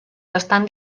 estan